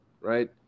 Right